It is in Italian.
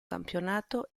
campionato